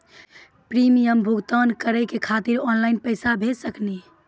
Premium भुगतान भरे के खातिर ऑनलाइन पैसा भेज सकनी?